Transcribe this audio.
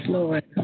Lord